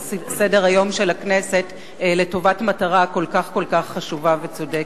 סדר-היום של הכנסת לטובת מטרה כל כך חשובה וצודקת.